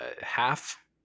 half